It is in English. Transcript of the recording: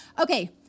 Okay